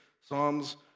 Psalms